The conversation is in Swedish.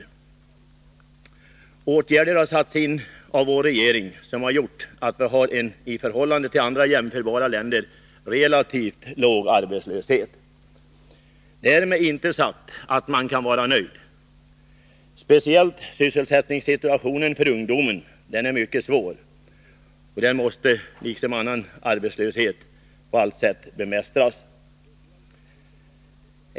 Vår regering har vidtagit åtgärder, som har gjort att Sverige har en i förhållande till andra jämförbara länder relativt låg arbetslöshet — därmed inte sagt att man kan vara nöjd. Speciellt sysselsättningssituationen för ungdomen är mycket svår, och den måste liksom annan arbetslöshet bemästras.